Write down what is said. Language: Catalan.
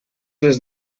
les